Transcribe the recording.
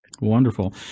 Wonderful